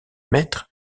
maîtres